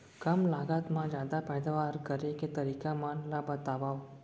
कम लागत मा जादा पैदावार करे के तरीका मन ला बतावव?